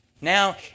Now